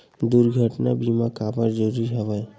दुर्घटना बीमा काबर जरूरी हवय?